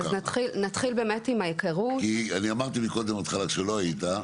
אני אמרתי קודם בהתחלה, כשלא היית,